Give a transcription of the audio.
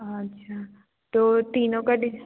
अच्छा तो तीनों का डिस